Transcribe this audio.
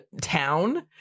town